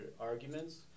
arguments